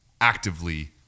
actively